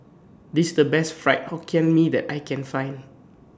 This IS The Best Fried Hokkien Mee that I Can Find